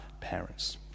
parents